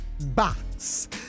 box